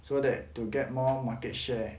so that to get more market share